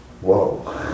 Whoa